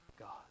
god